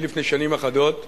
לפני שנים אחדות